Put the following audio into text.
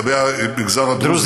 אה, לגבי המגזר הדרוזי.